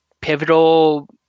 pivotal